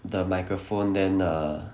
the microphone then err